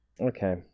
Okay